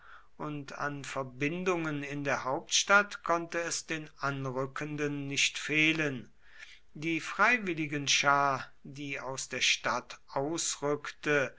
und an verbindungen in der hauptstadt konnte es den anrückenden nicht fehlen die freiwilligenschar die aus der stadt ausrückte